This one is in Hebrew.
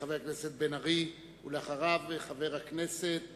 חבר הכנסת בן-ארי, ואחריו, חבר הכנסת